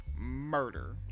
murder